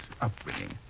upbringing